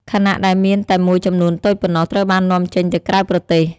ខណៈដែលមានតែមួយចំនួនតូចប៉ុណ្ណោះត្រូវបាននាំចេញទៅក្រៅប្រទេស។